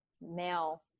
male